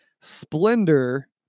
Splendor